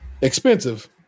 Expensive